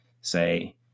say